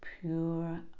pure